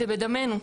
זה בדמנו.